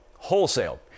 wholesale